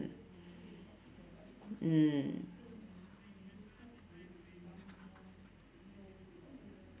mm